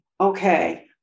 Okay